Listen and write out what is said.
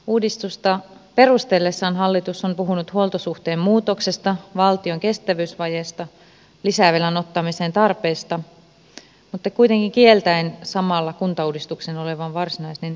uudistusta perustellessaan hallitus on puhunut huoltosuhteen muutoksesta valtion kestävyysvajeesta lisävelan ottamisen tarpeesta mutta kuitenkin kieltäen samalla kuntauudistuksen olevan varsinainen säästöohjelma